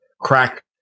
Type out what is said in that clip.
crack